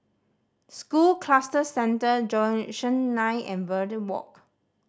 School Cluster Centre nine and Verde Walk